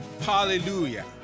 Hallelujah